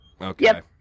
okay